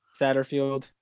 Satterfield